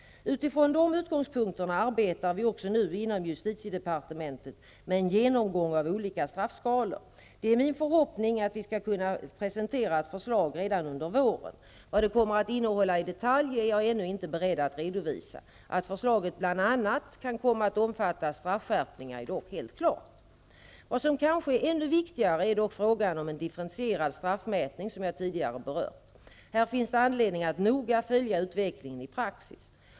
Utifrån de utgångspunkterna arbetar vi också nu inom justitiedepartementet med en genomgång av olika straffskalor. Det är min förhoppning att vi skall kunna presentera ett förslag redan under våren. Vad det kommer att innehålla i detalj är jag ännu inte beredd att redovisa. Att förslaget bl.a. kan komma att omfatta straffskärpningar är dock helt klart. Vad som kanske är ännu viktigare är dock frågan om en differentierad straffmätning som jag tidigare berört. Här finns det anledning att noga följa utvecklingen i praxis.